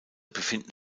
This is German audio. befinden